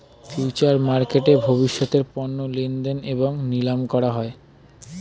future মার্কেটে ভবিষ্যতের পণ্য লেনদেন এবং নিলাম করা হয়